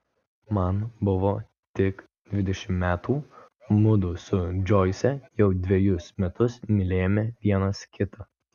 man buvo tik dvidešimt metų mudu su džoise jau dvejus metus mylėjome vienas kitą